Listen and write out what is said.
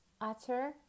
utter